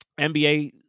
NBA